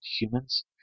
humans